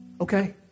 Okay